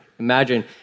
Imagine